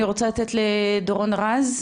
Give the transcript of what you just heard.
אני רוצה לתת לדורון רז,